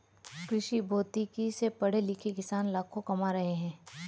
कृषिभौतिकी से पढ़े लिखे किसान लाखों कमा रहे हैं